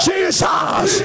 Jesus